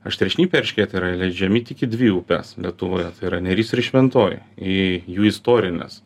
aštriašnipiai eršketai yra įleidžiami tik į dvi upes lietuvoje tai yra neris ir šventoji į jų istorines